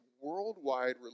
worldwide